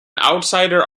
outsider